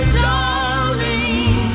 darling